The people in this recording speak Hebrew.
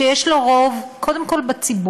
שיש לו רוב, קודם כול בציבור,